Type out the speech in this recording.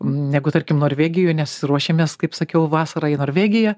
negu tarkim norvegijoj nes ruošėmės kaip sakiau vasarą į norvegiją